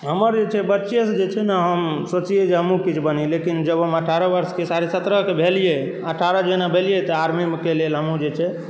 हमर जे छै बच्चेसँ जे छै न हम सोचियै जे हमहूँ किछु बनी लेकिन जब हम अठारह वर्षके साढ़े सतरहके भेलियै अठारह जेना भेलियै तऽ आर्मीके लेल हमहूँ जे छै